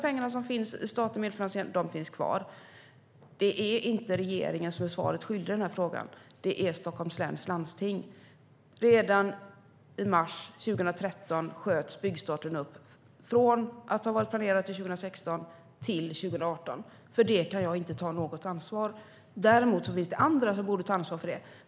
Pengarna som finns i statlig medfinansiering finns kvar. Det är inte regeringen som är svaret skyldig i den här frågan. Det är Stockholms läns landsting. Redan i mars 2013 sköts byggstarten upp till 2018, från att ha varit planerad till 2016. För det kan jag inte ta något ansvar. Däremot finns det andra som borde ta ansvar för det.